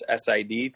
SID